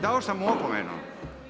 Dao sam mu opomenu.